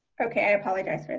okay i apologize.